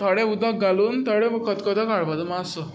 थोडें उदक घालून थोडो खतखतो काडपाचो मातसो